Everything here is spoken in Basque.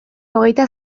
hogeita